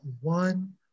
one